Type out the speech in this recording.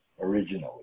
originally